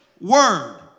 word